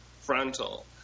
frontal